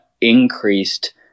increased